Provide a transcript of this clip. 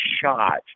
shot